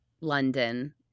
London